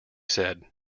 said